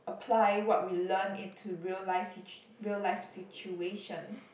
apply what we learn into real life situ~ real life situations